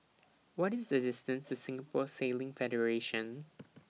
What IS The distance to Singapore Sailing Federation